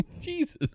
Jesus